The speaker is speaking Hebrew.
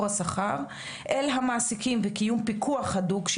השכר אל המעסיקים וקיום פיקוח הדוק,